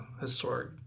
historic